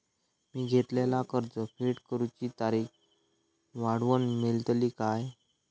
मी घेतलाला कर्ज फेड करूची तारिक वाढवन मेलतली काय?